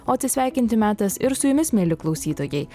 o atsisveikinti metas ir su jumis mieli klausytojai